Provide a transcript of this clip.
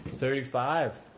Thirty-five